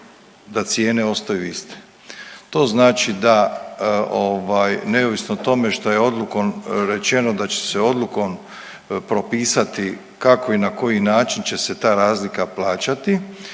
da cijene ostaju iste. To znači da ovaj, neovisno o tome što je odluku, rečeno da će se odlukom propisati kako i na koji način će se ta razlika plaćati